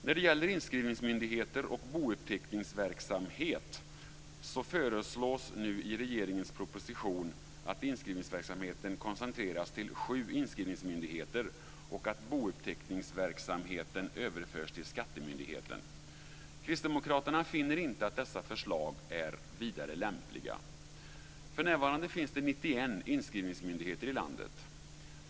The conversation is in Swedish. När det gäller inskrivningsmyndigheter och bouppteckningsverksamhet föreslås nu i regeringens proposition att inskrivningsverksamheten koncentreras till sju inskrivningsmyndigheter och att bouppteckningsverksamheten överförs till skattemyndigheten. Kristdemokraterna finner inte att dessa förslag är vidare lämpliga. För närvarande finns det 91 inskrivningsmyndigheter i landet.